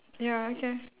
ya okay